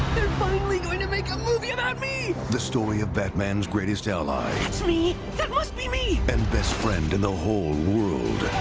finally going to make a movie about me! the story of batman's greatest ally. that's me. that must be me! and best friend in the whole world.